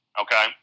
Okay